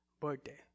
birthday